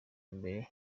mbere